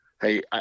Hey